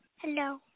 Hello